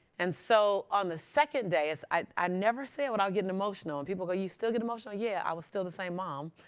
and so on the second day ah i never say it without getting emotional. and people go, you still get emotional? yeah, i was still the same mom.